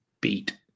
beat